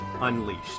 Unleashed